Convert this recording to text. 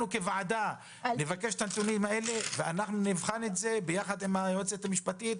אנחנו כוועדה נבקש את הנתונים הללו ונבחן אותם ביחד עם היועצת המשפטית.